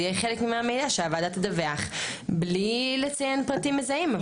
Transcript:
יהיה חלק ממה שהוועדה תדווח בלי לציין פרטים מזהים,